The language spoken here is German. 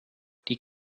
die